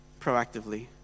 proactively